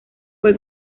fue